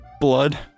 blood